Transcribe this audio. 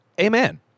Amen